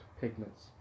pigments